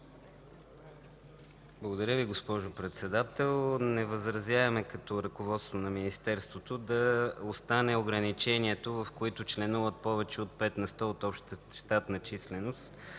Благодаря Ви, госпожо Председател. Не възразяваме като ръководство на Министерството да остане ограничението „в които членуват повече от пет на сто от общата щатна численост